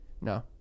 No